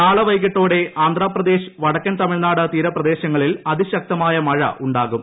നാളെ വൈകിട്ടോടെ ആന്ധ്രാപ്രദേശ് വടക്കൻ തമിഴ്നാട് തീരപ്രദേശങ്ങളിൽ അതിശക്തമായ മഴ ഉണ്ടാകും